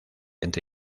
entre